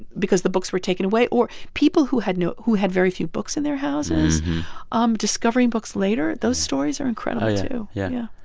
because the books were taken away or people who had no who had very few books in their houses um discovering books later those stories are incredible oh, yeah. yeah.